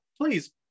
please